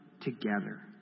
together